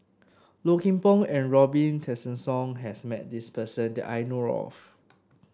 Low Kim Pong and Robin Tessensohn has met this person that I know of